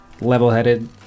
level-headed